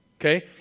Okay